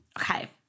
Okay